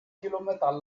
kilometer